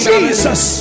Jesus